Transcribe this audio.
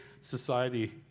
society